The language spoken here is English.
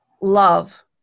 love